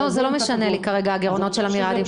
לא, זה לא משנה לי כרגע, הגרעונות של המיליארדים.